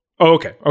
Okay